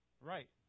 Right